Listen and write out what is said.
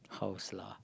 house lah